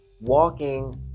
walking